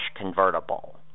convertible